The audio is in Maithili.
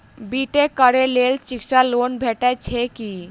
बी टेक करै लेल शिक्षा लोन भेटय छै की?